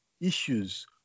issues